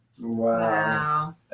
Wow